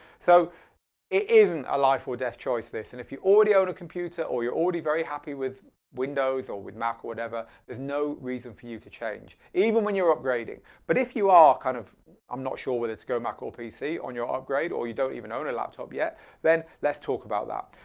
so it it isn't a life-or-death choice this and if you already own a computer or you're already very happy with windows or with mac or whatever there's no reason for you to change, even when you're upgrading. but if you are kind of i'm not sure whether it's go mac or pc on your upgrade or you don't even own a laptop yet then let's talk about that.